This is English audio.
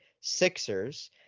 Sixers